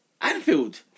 Anfield